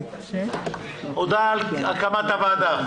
הודעה על הקמת הוועדה.